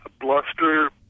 bluster